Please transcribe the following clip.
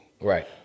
Right